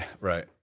Right